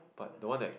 but the one that